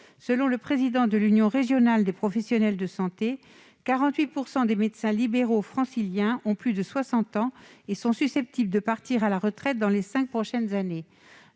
selon le président de l'Union régionale des professionnels de santé, l'URPS, 48 % des médecins libéraux franciliens ont plus de 60 ans et sont susceptibles de partir à la retraite dans les cinq prochaines années.